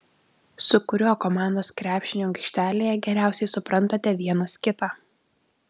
su kuriuo komandos krepšininku aikštelėje geriausiai suprantate vienas kitą